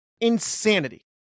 insanity